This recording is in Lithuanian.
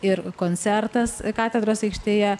ir koncertas katedros aikštėje